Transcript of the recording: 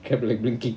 kept like blinking